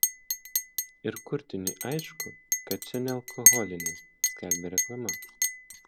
ir kurtiniui aišku kad čia nealkoholinė skelbė reklama